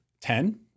Ten